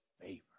favor